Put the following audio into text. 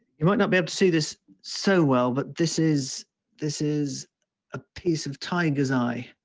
you might not be able to see this so well, but this is this is a piece of tiger's eye.